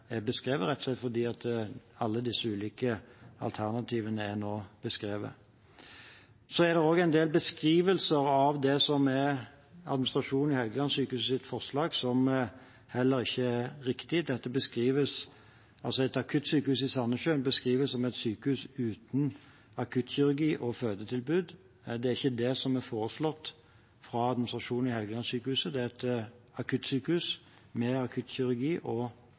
er beskrevet, rett og slett fordi alle disse ulike alternativene nå er beskrevet. Det er også en del beskrivelser av administrasjonen i Helgelandssykehusets forslag som ikke er riktige. Et akuttsykehus i Sandnessjøen beskrives som et sykehus uten akuttkirurgi og fødetilbud, men det er ikke det som er foreslått fra administrasjonen i Helgelandssykehuset. Det er et akuttsykehus med akuttkirurgi og